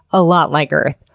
a lot like earth.